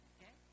Okay